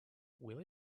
will